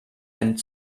hemd